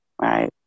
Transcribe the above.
right